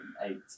eight